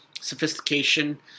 sophistication